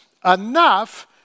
enough